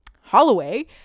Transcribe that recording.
Holloway